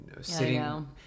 sitting